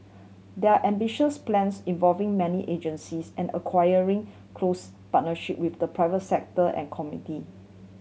there are ambitious plans involving many agencies and requiring close partnership with the private sector and community